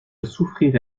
souffrirai